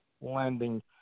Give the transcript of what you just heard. lending